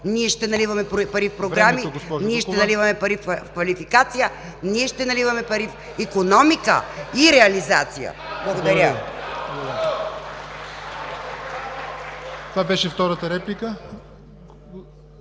Ние ще наливаме пари в програми, ние ще наливаме пари в квалификация, ние ще наливаме пари в икономика и реализация. Благодаря. (Ръкопляскания